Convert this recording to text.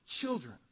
children